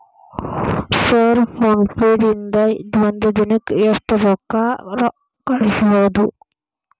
Sir PhonePe ದಿಂದ ಒಂದು ದಿನಕ್ಕೆ ಎಷ್ಟು ರೊಕ್ಕಾ ಕಳಿಸಬಹುದು?